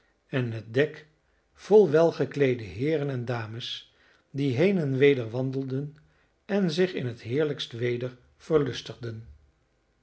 en het dek vol welgekleede heeren en dames die heen en weder wandelden en zich in het heerlijkste weder